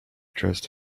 dressed